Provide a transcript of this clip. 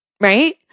right